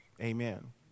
Amen